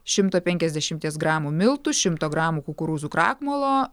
šimto penkiasdešimties gramų miltų šimto gramų kukurūzų krakmolo